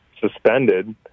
suspended